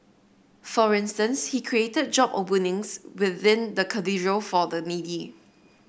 for instance he created job openings within the Cathedral for the needy